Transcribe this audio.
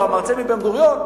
או המרצה מבן-גוריון,